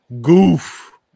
Goof